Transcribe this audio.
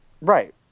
Right